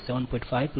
તેથી તમને Ia1 7